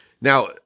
Now